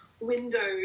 windows